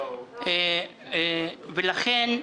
ולכן,